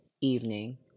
evening